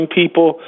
people